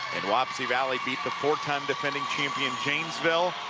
and wapsie valley beat the four-time defending champion janesville.